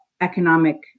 economic